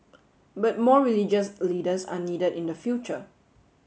but more religious leaders are needed in the future